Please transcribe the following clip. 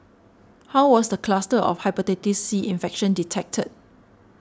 how was the cluster of Hepatitis C infection detected